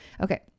Okay